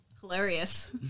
Hilarious